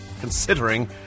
considering